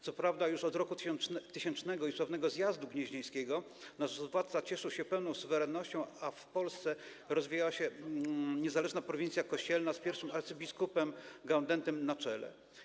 Co prawda już od roku 1000 i sławnego zjazdu gnieźnieńskiego nasz władca cieszył się pełną suwerennością, a w Polsce rozwijała się niezależna prowincja kościelna z pierwszym abp Gaudentym na czele.